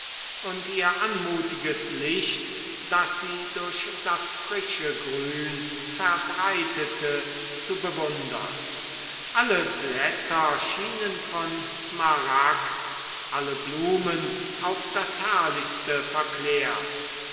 und ihr anmutiges licht das sie durch das frische grün verbreitete zu bewundern alle blätter schienen von smaragd alle blumen auf das herrlichste verklärt